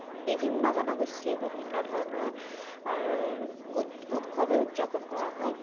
বিভিন্ন জনগোষ্ঠীৰ বিভিন্ন ধৰণৰ উৎসৱে উদযাপন কৰা হয়